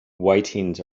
whitings